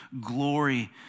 glory